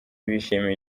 bishimiye